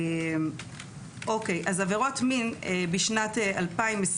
עבירות מין בשנת 2021